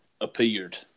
appeared